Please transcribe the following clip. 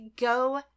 go